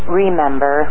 remember